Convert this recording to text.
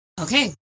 okay